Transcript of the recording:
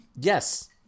Yes